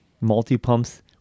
multi-pumps